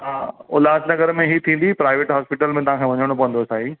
हा उल्हासनगर में ई थींदी प्राइवेट हॉस्पिटल में तव्हां खां वञणो पवंदो साईं